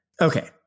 Okay